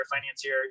financier